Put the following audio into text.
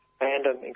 random